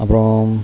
அப்புறம்